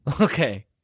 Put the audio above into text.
Okay